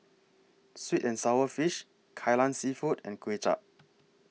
Sweet and Sour Fish Kai Lan Seafood and Kuay Chap